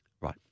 right